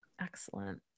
Excellent